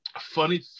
funny